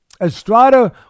Estrada